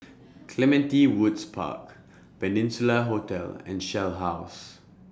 Clementi Woods Park Peninsula Hotel and Shell House